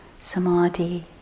samadhi